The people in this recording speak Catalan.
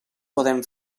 podem